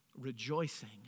rejoicing